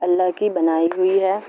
اللہ کی بنائی ہوئی ہے